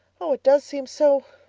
oh, it does seem so.